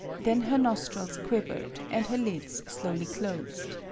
then her nostrils quivered and her lids slowly closed.